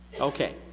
Okay